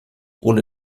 ohne